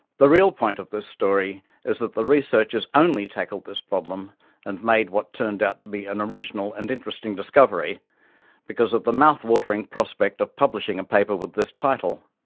the real point of this story is that the researchers only tackled this problem and made what turned out to be an original and interesting discovery because of the mouth watering prospect of publishing a paper with this title.